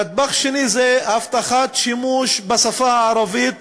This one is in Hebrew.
נדבך שני הוא הבטחת שימוש בשפה הערבית